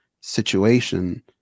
situation